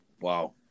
wow